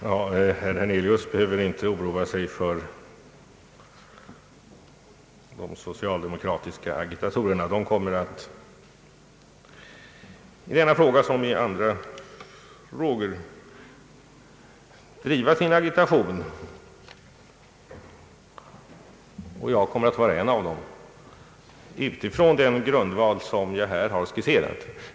Herr talman! Herr Hernelius behöver inte oroa sig för de socialdemokratiska agitatorerna. De kommer att i denna fråga som i andra frågor driva sin agitation, och jag kommer att vara en av dem, utifrån den grundval som jag här har skisserat.